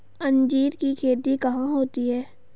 अंजीर की खेती कहाँ होती है?